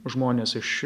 žmonės iš